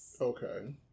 Okay